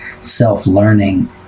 self-learning